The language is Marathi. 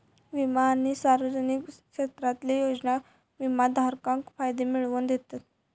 विमा आणि सार्वजनिक क्षेत्रातले योजना विमाधारकाक फायदे मिळवन दितत